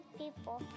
people